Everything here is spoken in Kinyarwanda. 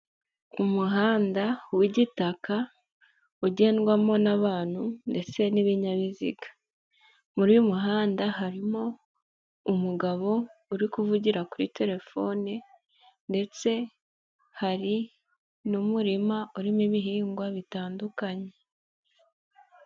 Umuhanda wigitaka ugendwamo n'abantu ndetse n'ibinyabiziga, uy muhanda harimo umugabo uri kuvugira kuri telefone, ndetse hari n'umurima urimo ibihingwa bitandukanye.